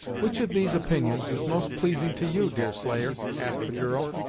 which of these opinions is most pleasing to you, deerslayer? asked the girl,